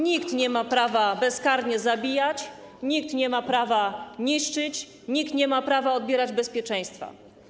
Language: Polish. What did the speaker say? Nikt nie ma prawa bezkarnie zabijać, nikt nie ma prawa niszczyć, nikt nie ma prawa odbierać bezpieczeństwa.